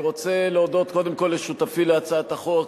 אני רוצה להודות קודם כול לשותפי להצעת החוק,